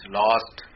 lost